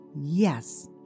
yes